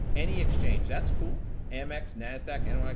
any exchange, that's cool. amex, nasdaq, and like